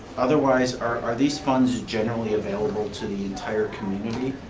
otherwise are these funds generally available to the entire community?